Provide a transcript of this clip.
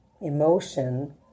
emotion